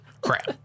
Crap